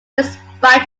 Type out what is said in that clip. despite